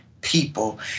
people